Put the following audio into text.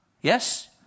Yes